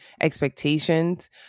expectations